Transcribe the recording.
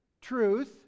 truth